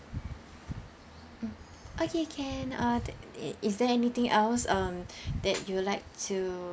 mm okay can uh there is is there anything else um that you would like to